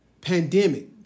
pandemic